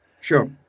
Sure